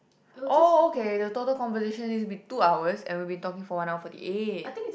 oh okay the total conversation is been two hours and we've been talking for an hour forty eight